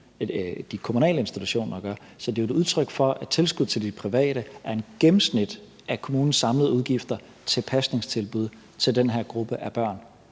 de kommunale institutioner gør. Så det er et udtryk for, at tilskud til de private er et gennemsnit af kommunens samlede udgifter til pasningstilbud til den her gruppe af børn,